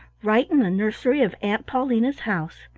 right in the nursery of aunt paulina's house,